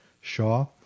Shaw